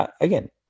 again